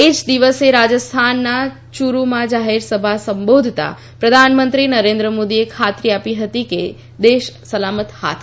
એ જ દિવસે રાજસ્થાનના યુરૂમાં જાહેરસભાને સંબોધતાં પ્રધાનમંત્રી નરેન્દ્ર મોદીએ ખાતરી આપી હતી કે દેશ સલામત હાથમાં છે